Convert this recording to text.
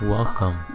Welcome